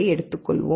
எடுத்துக்கொள்வோம்